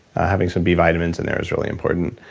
having some b vitamins in there is really important.